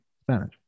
Spanish